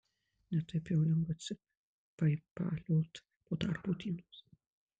ne taip jau lengva atsipaipaliot po darbo dienos